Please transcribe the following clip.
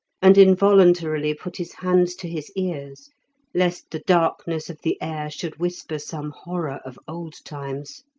and involuntarily put his hands to his ears lest the darkness of the air should whisper some horror of old times.